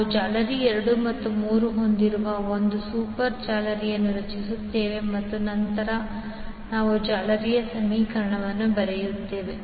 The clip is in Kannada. ನಾವು ಜಾಲರಿ 2 ಮತ್ತು 3 ಹೊಂದಿರುವ ಒಂದು ಸೂಪರ್ ಜಾಲರಿಯನ್ನು ರಚಿಸುತ್ತೇವೆ ಮತ್ತು ನಂತರ ನಾವು ಜಾಲರಿಯ ಸಮೀಕರಣವನ್ನು ಬರೆಯುತ್ತೇವೆ